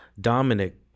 Dominic